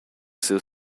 siu